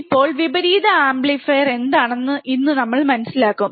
ഇപ്പോൾ വിപരീത വിപരീത ആംപ്ലിഫയർ എന്താണെന്ന് ഇന്ന് നമ്മൾ മനസ്സിലാക്കും